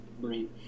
brain